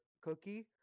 cookie